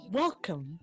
welcome